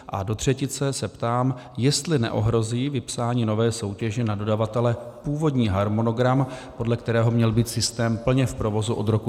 A do třetice se ptám, jestli neohrozí vypsání nové soutěže na dodavatele původní harmonogram, podle kterého měl být systém plně v provozu od roku 2021.